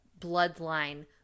bloodline